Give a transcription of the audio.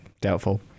Doubtful